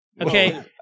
Okay